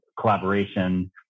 collaboration